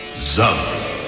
Zombie